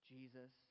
Jesus